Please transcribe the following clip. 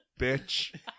Bitch